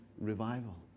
revival